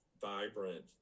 vibrant